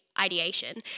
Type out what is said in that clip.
ideation